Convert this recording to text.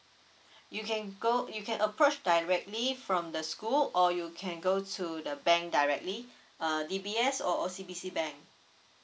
you can go you can approach directly from the school or you can go to the bank directly uh D_B_S or O_C_B_C bank